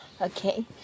Okay